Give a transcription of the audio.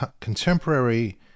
contemporary